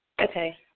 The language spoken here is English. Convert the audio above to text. Okay